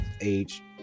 age